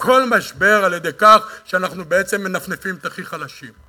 כל משבר על-ידי כך שאנחנו בעצם מנפנפים את הכי חלשים.